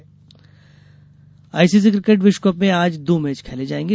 cricket ICC cricket विश्वकप में आज दो मैच खेले जाएंगे